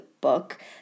book